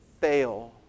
fail